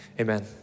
Amen